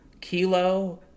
Kilo